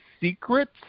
secrets